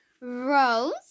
Rose